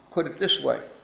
put it this way,